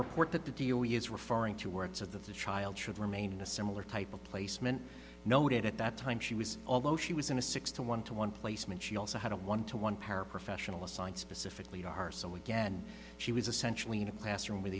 report that the deal he is referring to works of the child should remain a similar type of placement noted at that time she was although she was in a six to one to one placement she also had a one to one paraprofessional assigned specifically are so again she was essentially in a classroom with